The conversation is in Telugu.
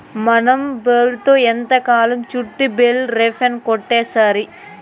మనం బేల్తో ఎంతకాలం చుట్టిద్ది బేలే రేపర్ కొంటాసరి